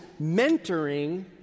mentoring